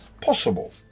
possible